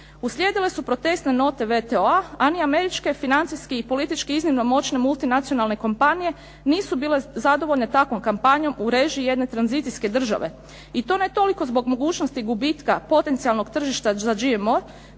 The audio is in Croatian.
Uslijedile su protestne note WTO-a, a ni američke financijski i politički moćne multinacionalne kompanije nisu bile zadovoljne takvom kampanjom u režiji jedne tranzicijske države i to ne toliko zbog mogućnosti gubitka potencijalnog tržišta za GMO